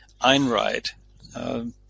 Einride